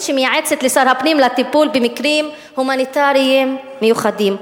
שמייעצת לשר הפנים בטיפול במקרים הומניטריים אחרים.